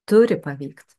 turi pavykt